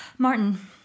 Martin